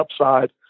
upside